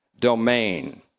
domain